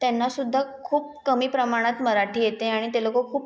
त्यांनासुद्धा खूप कमी प्रमाणात मराठी येते आणि ते लोकं खूप